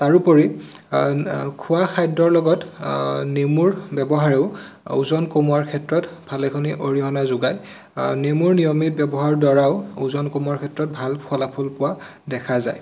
তাৰোপৰি খোৱা খাদ্যৰ লগত নেমুৰ ব্যৱহাৰেও ওজন কমোৱাৰ ক্ষেত্ৰত ভালেখিনি অৰিহণা যোগায় নেমুৰ নিয়মিত ব্যৱহাৰৰ দ্বাৰাও ওজন কমোৱাৰ ক্ষেত্ৰত ভাল ফলাফল পোৱা দেখা যায়